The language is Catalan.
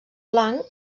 blanc